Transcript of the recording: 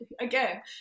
again